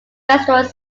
restaurant